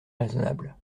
raisonnable